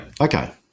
okay